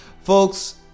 Folks